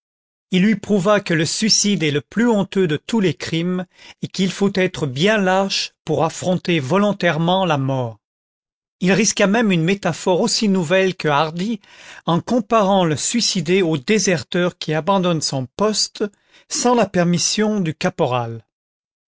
il lui prouva que le suicide est le plus honteux de tous les crimes et qu'il faut être bien lâche pour affronter volontairement la mort il risqua même une métaphore aussi nouvelle que hardie en comparant le suicidé au déserteur qui abandonne son poste sans la permission du caporal